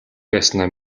байснаа